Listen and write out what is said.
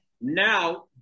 Now